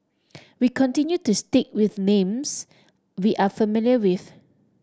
we continue to stick with names we are familiar with